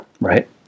Right